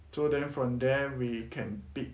so then from there we can pick